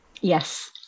Yes